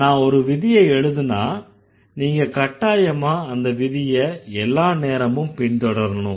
நான் ஒரு விதிய எழுதுனா நீங்க கட்டாயமா அந்த விதிய எல்லா நேரமும் பின்தொடரனும்